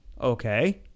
Okay